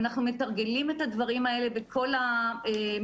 אנחנו מתרגלים את הדברים האלה בכל המפגשים.